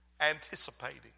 anticipating